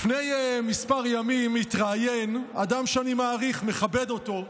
לפני כמה ימים התראיין אדם שאני מעריך, מכבד אותו,